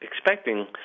expecting